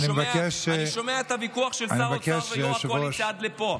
אני שומע את הוויכוח של שר האוצר ויו"ר הקואליציה עד לפה,